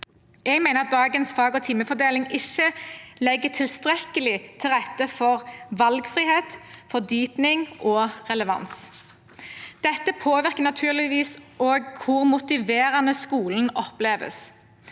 Jeg mener at dagens fag- og timefordeling ikke legger tilstrekkelig til rette for valgfrihet, fordypning og relevans. Dette påvirker naturligvis også hvor motiverende skolen oppleves.